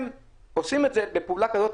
הם עושים את זה בפעולה כזאת,